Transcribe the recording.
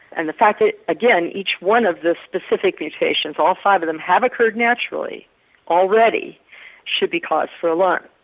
and the fact that again each one of the specific mutations, all five of them, have occurred naturally already should be cause for alarm.